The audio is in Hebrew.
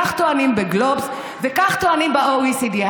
כך טוענים בגלובס וכך טוענים ב-OECD.